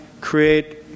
create